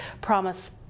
promise